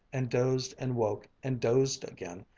and dozed and woke and dozed again,